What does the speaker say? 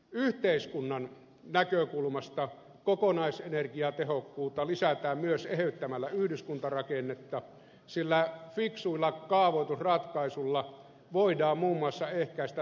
yhteiskunnan näkökulmasta kokonaisenergiatehokkuutta lisätään myös eheyttämällä yhdyskuntarakennetta sillä fiksuilla kaavoitusratkaisuilla voidaan muun muassa ehkäistä liikennetarpeen kasvua